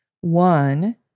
one